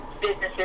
businesses